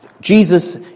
Jesus